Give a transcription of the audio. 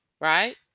Right